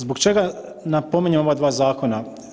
Zbog čega napominjem ova dva zakona?